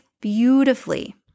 beautifully